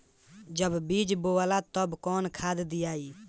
जब बीज बोवाला तब कौन खाद दियाई?